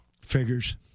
Figures